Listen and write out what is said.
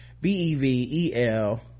B-E-V-E-L